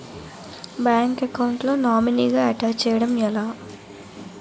Bank account లో నామినీగా attach చేయడం ఎలా?